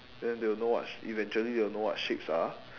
then they will know what eventually they will know what shapes are